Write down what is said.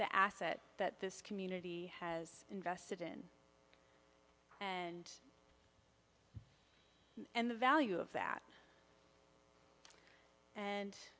the asset that this community has invested in and and the value of that and